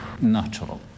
natural